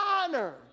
honor